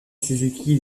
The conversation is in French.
suzuki